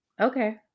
okay